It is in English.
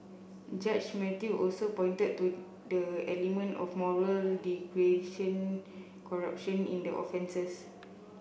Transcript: Judge Mathew also pointed to the element of moral degradation corruption in the offences